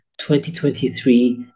2023